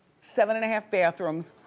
seven and a half bathrooms,